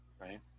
right